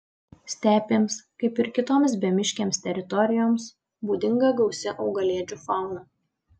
stepėms kaip ir kitoms bemiškėms teritorijoms būdinga gausi augalėdžių fauna